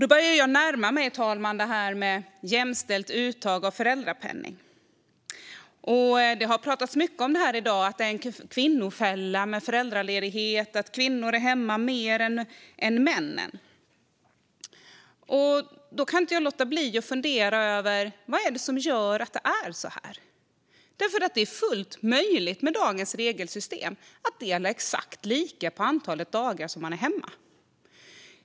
Då börjar jag närma mig frågan om jämställt uttag av föräldrapenning. Det har pratats mycket om att föräldraledigheten är en kvinnofälla, att kvinnor är hemma mer än männen. Då kan jag inte låta bli att fundera över vad det är som gör att det är så. Det är fullt möjligt med dagens regelsystem att dela exakt lika på antalet dagar man är hemma.